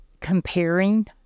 comparing